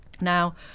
Now